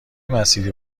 مسیری